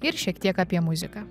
ir šiek tiek apie muziką